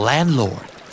Landlord